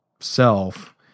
Self